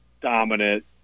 dominant